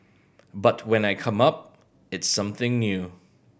but when I come up it's something new